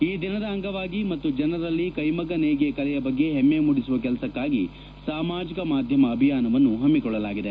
ಈ ದಿನದ ಅಂಗವಾಗಿ ಮತ್ತು ಜನರಲ್ಲಿ ಕ್ವೆಮಗ್ಗ ನೇಯ್ಗೆ ಕಲೆಯ ಬಗ್ಗೆ ಹೆಮ್ಮೆ ಮೂಡಿಸುವ ಕೆಲಸಕ್ಕಾಗಿ ಸಾಮಾಜಿಕ ಮಾಧ್ಯಮ ಅಭಿಯಾನವನ್ನು ಹಮ್ಮಿಕೊಳ್ಳಲಾಗಿದೆ